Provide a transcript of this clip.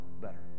better